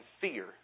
fear